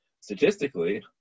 statistically